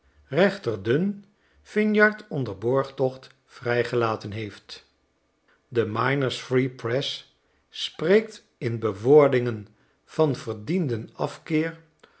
rechter dunn vinyard onder borgtocht vrijgelaten heeft de miners free press spreekt in bewoordingen van verdienden afkeer